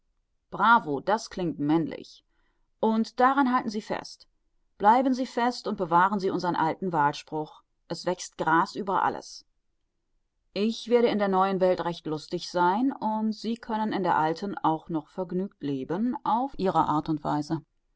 bravo das klingt männlich und daran halten sie fest bleiben sie fest und bewahren sie unsern alten wahlspruch es wächst gras über alles ich werde in der neuen welt recht lustig sein und sie können in der alten auch noch vergnügt leben auf ihre art und weise